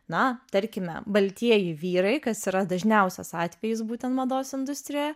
na tarkime baltieji vyrai kas yra dažniausias atvejis būtent mados industrijoje